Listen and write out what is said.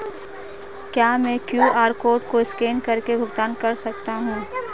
क्या मैं QR code को स्कैन करके भुगतान कर सकता हूं?